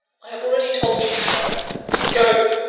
i have already told you, sir go!